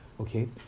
Okay